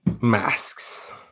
masks